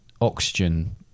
oxygen